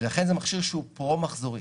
לכן זה מכשיר שהוא פרו מחזורי,